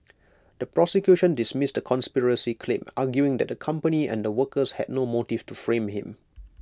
the prosecution dismissed the conspiracy claim arguing that the company and the workers had no motive to frame him